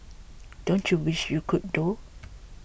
don't you wish you could though